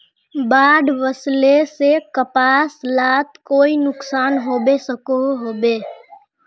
बाढ़ वस्ले से कपास लात कोई नुकसान होबे सकोहो होबे?